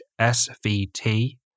SVT